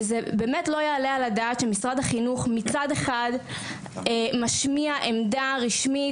וזה באמת לא יעלה על הדעת שמשרד החינוך מצד אחד משמיע עמדה רשמית